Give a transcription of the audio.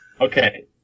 Okay